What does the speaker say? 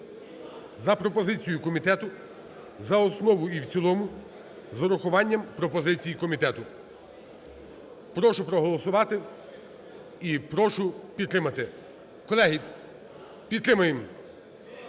за пропозицією комітету за основу і в цілому з урахуванням пропозицій комітету. Прошу проголосувати і прошу підтримати. Колеги, підтримаємо